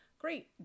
great